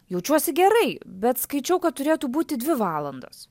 jaučiuosi gerai bet skaičiau kad turėtų būti dvi valandos